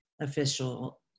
official